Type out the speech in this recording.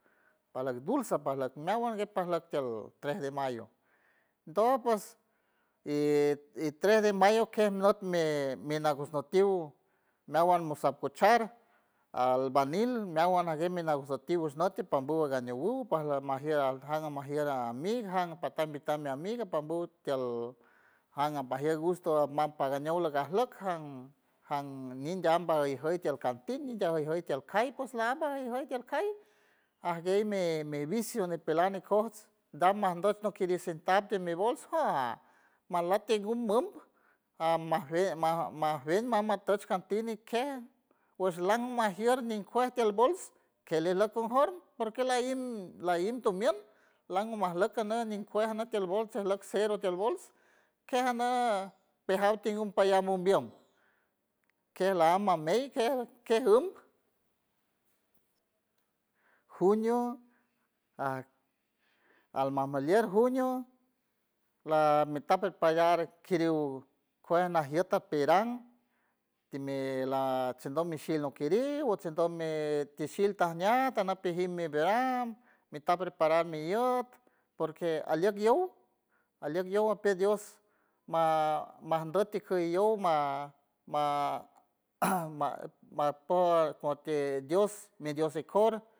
Pajluck dulce pajluck meawan tiel tres de mayo, doj ps y- y tres de mayo kej nüt mi nagush nüt tiw meawan motsapotch char albanil meawan ajgue mi nagush tiw nüt pambu ngañe ñuw pajgue majier aljan ngamajier ami jan lapata invitar mi amiga pambu tiel jan apajier gusto atma pagañow lagajlock jan- jan ñin teamba juey tiel kandil jüy jüy tiel call ps lamba jüy jüy tiel call ajguey mi vicio ñipelan mi kojts damajndock nokidij sentad timidi mi voz ja majlack ti ngu mum ajmajey maj majie mamatuch cantil nikej pues lan majier ñikuej tiel bols ke lejleck conforme porque laim laim tomiend langu majleck kenej ñinkuej anek tiel bols ajleck cero tiel bols kej ane pijar piñum mumbiem kej lam mamey kej kej unk junio aj alma muelier junio laa mi ta preparar kiriw kuej najiet ajta pirang timi la chendom mishil nuw kiriw o chendom me tishil tajnea tana teajneat mi pijín mi verán mi ta preparar mi iet porque alieck yow alieck yow apidios ma- ma majndock tikiyow ma- ma ma- ma por porque dios mi dios ikor